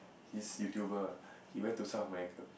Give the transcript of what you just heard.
this YouTuber ah he went to South-America